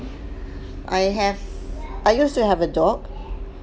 I have I used to have a dog